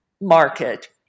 market